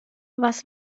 was